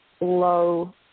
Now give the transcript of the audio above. low